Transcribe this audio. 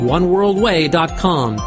OneWorldWay.com